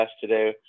today